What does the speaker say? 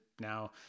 now